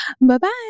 Bye-bye